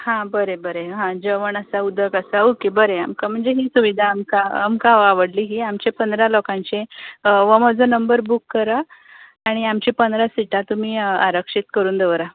हां बरें बरें हा जेवण आसा उदक आसा ऑके बरें आं आमकां म्हणजे ही सुवीधा आमकां आवडली ही आमची पंदरा लोकांचें हो म्हजो नंबर बूक करात आनी आमची पंदरां सिटां तुमी आरक्षीत करून दवरात